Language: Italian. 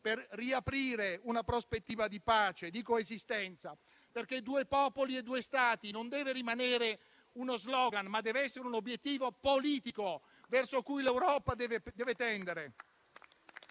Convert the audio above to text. per riaprire una prospettiva di pace e di coesistenza, perché due popoli e due Stati non deve rimanere uno slogan, ma deve essere un obiettivo politico verso cui l'Europa deve tendere.